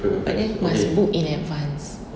but then must book in advance